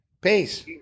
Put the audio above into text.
Peace